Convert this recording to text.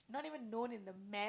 not even known in the map